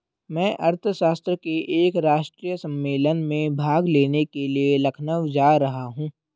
मैं अर्थशास्त्र के एक राष्ट्रीय सम्मेलन में भाग लेने के लिए लखनऊ जा रहा हूँ